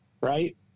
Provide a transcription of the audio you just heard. Right